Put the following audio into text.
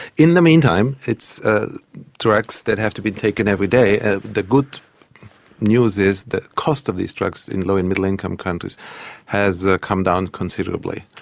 in the meantime it's ah drugs that have to be taken every day, and the good news is the cost of these drugs in low and middle income countries has ah come down considerably,